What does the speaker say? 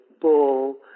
bull